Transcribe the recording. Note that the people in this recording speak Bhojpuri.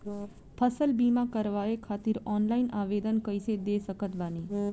फसल बीमा करवाए खातिर ऑनलाइन आवेदन कइसे दे सकत बानी?